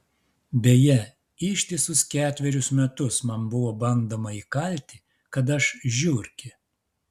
beje ištisus ketverius metus man buvo bandoma įkalti kad aš žiurkė